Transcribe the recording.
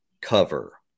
cover